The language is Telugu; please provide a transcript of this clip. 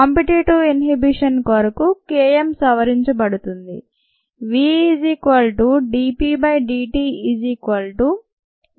కాంపిటీటివ్ ఇన్హిబిషన్ కొరకు K m సవరించబడుతుంది